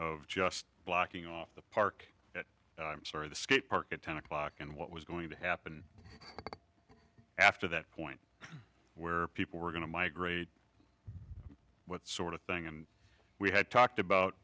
of just blocking off the park or the skate park at ten o'clock and what was going to happen after that point where people were going to migrate what sort of thing and we had talked about